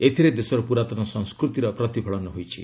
ଏଥିରେ ଦେଶର ପୁରାତନ ସଂସ୍କୃତିର ପ୍ରତିଫଳନ ହୋଇଛି